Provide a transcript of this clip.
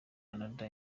canada